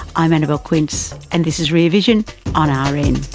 i'm annabelle quince and this is rear vision on ah rn